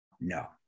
No